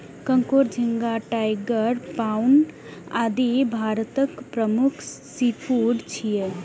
कांकोर, झींगा, tiger prawn, आदि भारतक प्रमुख सीफूड छियै